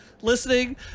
listening